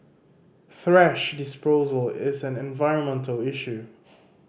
thrash disposal is an environmental issue